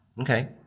okay